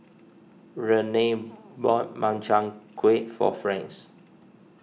Renea bought Makchang Gui for Franz